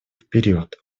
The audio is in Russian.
вперед